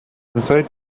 inside